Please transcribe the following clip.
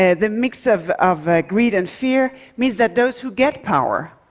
ah the mix of of greed and fear means that those who get power